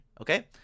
Okay